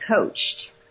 coached